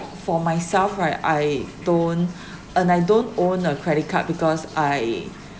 for myself right I don't and I don't own a credit card because I